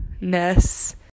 ness